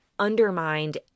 undermined